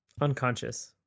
Unconscious